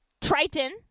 Triton